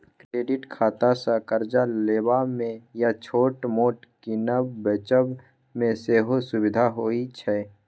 credit खातासँ करजा लेबा मे या छोट मोट कीनब बेचब मे सेहो सुभिता होइ छै